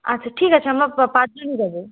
আচ্ছা ঠিক আছে আমরা প্র পাঁচ জনই যাবো